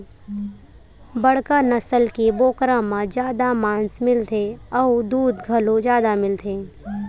बड़का नसल के बोकरा म जादा मांस मिलथे अउ दूद घलो जादा मिलथे